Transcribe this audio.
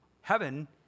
Heaven